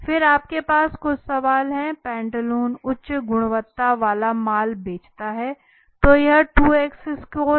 फिर आपके पास कुछ सवाल हैं कि पैंटालून उच्च गुणवत्ता वाला माल बेचता हैं तो यह 2 X स्कोर हैं